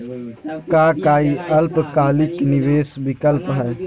का काई अल्पकालिक निवेस विकल्प हई?